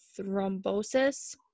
thrombosis